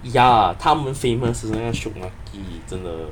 ya 他们 famous 是那个 shiok maki 真的